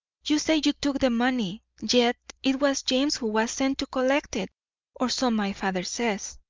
you say you took the money, yet it was james who was sent to collect it or so my father says.